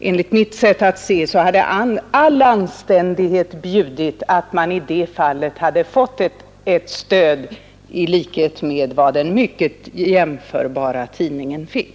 Enligt mitt sätt att se hade all anständighet bjudit att Gefle Dagblad fått ett stöd i likhet med vad den mycket jämförbara tidningen fick.